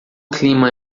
clima